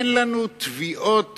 אין לנו תביעות